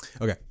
Okay